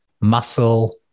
muscle